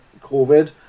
Covid